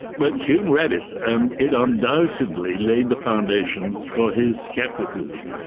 but hume read it, and it undoubtedly laid the foundations for his scepticism,